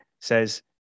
says